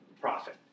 profit